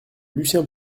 lucien